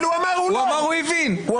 אני